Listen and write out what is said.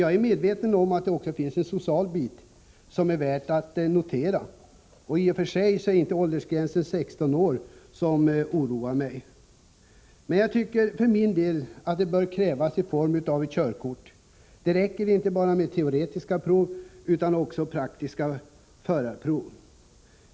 Jag är medveten om att det i detta sammanhang också finns en social bit, något som är värt att notera. I och för sig är det alltså inte åldersgränsen — 16 år — som oroar mig. För min del tycker jag att det bör krävas någon form av körkort. Att enbart ha teoretiska prov är inte tillräckligt, utan det behövs också praktiska förarprov.